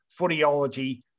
Footyology